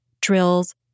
drills